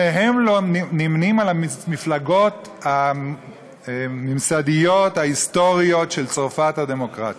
שניהם לא נמנים עם המפלגות הממסדיות ההיסטוריות של צרפת הדמוקרטית.